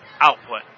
output